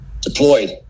deployed